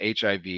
HIV